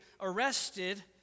arrested